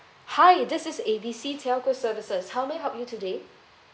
hi this is A B C telco services how may I help you today